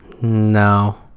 no